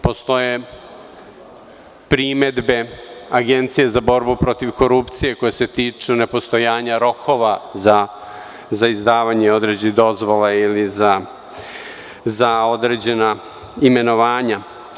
Postoje primedbe Agencije za borbu protiv korupcije koja se tiču nepostojanja rokova za izdavanje određenih dozvola ili za određena imenovanja.